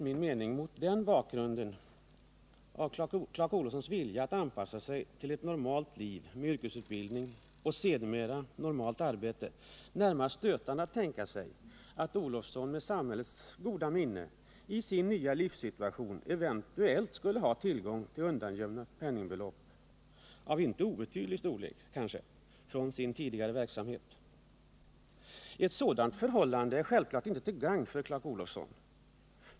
Mot bakgrund av Clark Olofssons vilja att anpassa sig till en normal yrkesutbildning och sedermera ett normalt arbete ter det sig enligt min mening närmast stötande att tänka sig att Olofsson med samhällets goda minne i sin nya livssituation eventuellt skulle ha tillgång till undangömda penningbelopp av kanske inte obetydlig storlek från sin tidigare verksamhet. Ett sådant förhållande är självklart inte till gagn för Clark Olofsson.